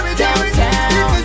downtown